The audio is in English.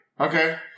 Okay